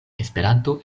esperanto